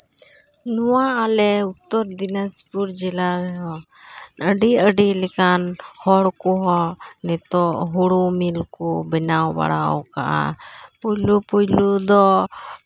ᱱᱚᱣᱟ ᱟᱞᱮ ᱩᱛᱛᱚᱨ ᱫᱤᱱᱟᱡᱯᱩᱨ ᱡᱮᱞᱟ ᱨᱮᱦᱚᱸ ᱟᱹᱰᱤ ᱟᱹᱰᱤ ᱞᱮᱠᱟᱱ ᱦᱚᱲ ᱠᱚᱦᱚᱸ ᱱᱤᱛᱳᱜ ᱦᱳᱲᱳ ᱢᱤᱞ ᱠᱚ ᱵᱮᱱᱟᱣ ᱵᱟᱲᱟᱣ ᱠᱟᱜᱼᱟ ᱯᱩᱭᱞᱩ ᱯᱩᱭᱞᱩ ᱫᱚ